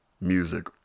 music